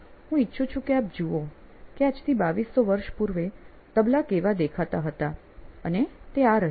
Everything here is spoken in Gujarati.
હું ઇચ્છુ છું કે આપ જુઓ કે આજથી 2200 વર્ષ પૂર્વે તબલા કેવા દેખાતા હતા અને તે તે આ રહ્યા